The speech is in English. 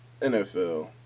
NFL